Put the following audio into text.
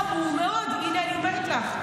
חמור מאוד, הינה, אני אומרת לך.